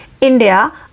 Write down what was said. India